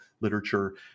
literature